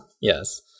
Yes